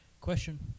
Question